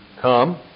come